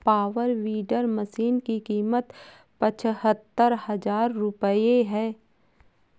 power weeder machine की कीमत पचहत्तर हजार रूपये है